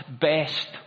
best